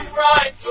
right